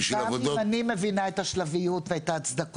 גם אם אני מבינה את השלביות וההצדקות,